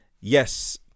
yes